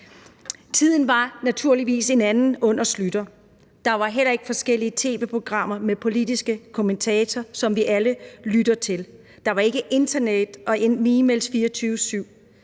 Tiden var naturligvis en anden under Schlüter. Der var heller ikke forskellige tv-programmer med politiske kommentatorer, som vi alle lytter til. Der var ikke internet og e-mails 24-7.